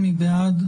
מי בעד?